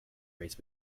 race